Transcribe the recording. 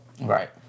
Right